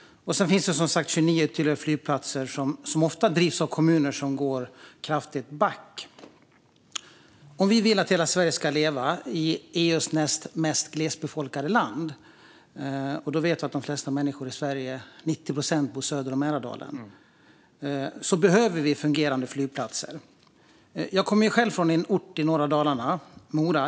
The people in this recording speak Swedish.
Sedan finns det som sagt 29 ytterligare flygplatser som ofta drivs av kommuner som går kraftigt back. Om vi vill att hela Sverige ska leva i EU:s näst mest glesbefolkade land - då vet vi att de flesta människor i Sverige, 90 procent, bor söder om Mälardalen - behöver vi fungerande flygplatser. Jag kommer själv från en ort i norra Dalarna, Mora.